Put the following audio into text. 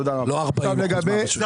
לא 40 אחוזים מהרשות.